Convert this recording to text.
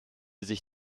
sich